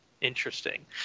Interesting